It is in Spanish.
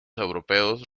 europeos